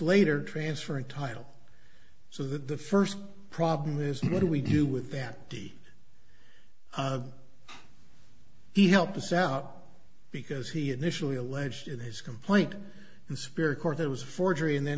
later transfer and title so that the first problem is what do we do with that he he helped us out because he initially alleged in his complaint in spirit court there was forgery and then